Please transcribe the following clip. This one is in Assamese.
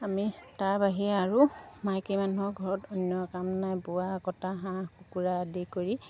আমি তাৰ বাহিৰে আৰু মাইকী মানুহৰ ঘৰত অন্য কাম নাই বোৱা কটা হাঁহ কুকুৰা আদি কৰি